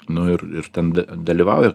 nu ir ir ten da dalyvauja